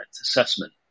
assessment